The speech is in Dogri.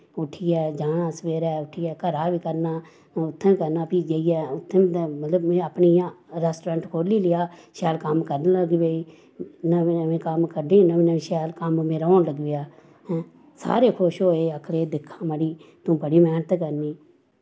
उट्ठियै जाना सवेरै उट्ठियै घरा दा बी करना उत्थैं करना फ्ही जाइयै उत्थें मतलव में अपनियां रैस्टोरैंट खोह्ल्ली लेआ शैल कम्म करन लगी पेई नमें नमें कम्म कड्डने नमें नमें कम्म शैल कम्म मेरा होन लगी पेआ हैं सारे खुश होए आक्खन लगे दिक्खां मड़ी तूं बड़ी मैह्नत करनी